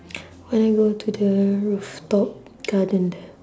when I go to the rooftop garden